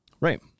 Right